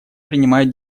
принимает